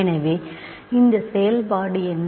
எனவே இந்த செயல்பாடு என்ன